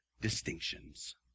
distinctions